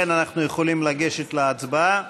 לכן אנחנו יכולים לגשת להצבעה.